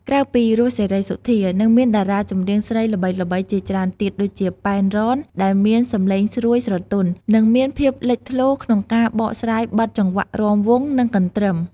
ក្រៅពី រស់ សេរីសុទ្ធា នៅមានតារាចម្រៀងស្រីល្បីៗជាច្រើនទៀតដូចជា ប៉ែន រ៉ន ដែលមានសំឡេងស្រួយស្រទន់ និងមានភាពលេចធ្លោក្នុងការបកស្រាយបទចង្វាក់រាំវង់ និងកន្ទ្រឹម។